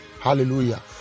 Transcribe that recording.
hallelujah